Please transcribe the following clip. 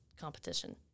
competition